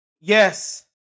yes